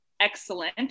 excellent